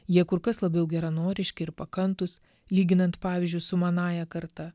jie kur kas labiau geranoriški ir pakantūs lyginant pavyzdžiui su manąja karta